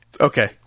Okay